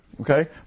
Okay